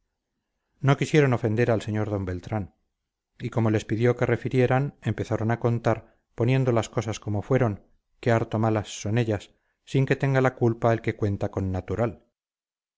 no quisieron ofender al sr d beltrán y como les pidió que refirieran empezaron a contar poniendo las cosas como fueron que harto malas son ellas sin que tenga la culpa el que cuenta con natural